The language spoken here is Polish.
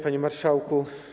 Panie Marszałku!